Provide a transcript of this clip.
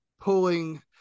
pulling